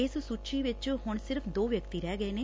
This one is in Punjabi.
ਇਸ ਸੁਚੀ ਵਿਚ ਹੁਣ ਸਿਰਫ ਦੋ ਵਿਅਕਤੀ ਰਹਿ ਗਏ ਨੇ